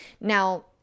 Now